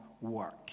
work